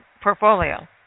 portfolio